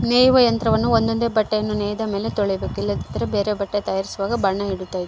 ನೇಯುವ ಯಂತ್ರವನ್ನ ಒಂದೊಂದೇ ಬಟ್ಟೆಯನ್ನು ನೇಯ್ದ ಮೇಲೆ ತೊಳಿಬೇಕು ಇಲ್ಲದಿದ್ದರೆ ಬೇರೆ ಬಟ್ಟೆ ತಯಾರಿಸುವಾಗ ಬಣ್ಣ ಹಿಡಿತತೆ